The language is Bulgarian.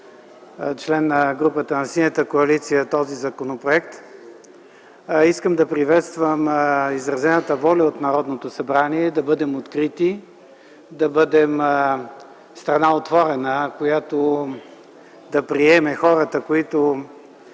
член на групата на Синята коалиция също ще подкрепя този законопроект. Искам да приветствам изразената воля от Народното събрание да бъдем открити, да бъдем отворена страна, която да приема хората, и които